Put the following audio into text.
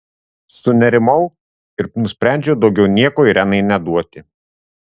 sunerimau ir nusprendžiau daugiau nieko irenai neduoti